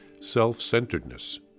self-centeredness